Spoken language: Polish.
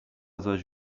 zaś